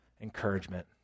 encouragement